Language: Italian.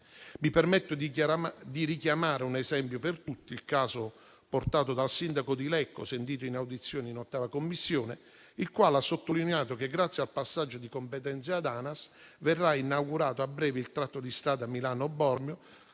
Mi permetto di richiamare un esempio per tutti, ossia il caso portato dal sindaco di Lecco, sentito in audizione in 8a Commissione, il quale ha sottolineato che grazie al passaggio di competenze ad ANAS verrà inaugurato a breve il tratto di strada Milano-Bormio